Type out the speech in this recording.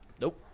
Nope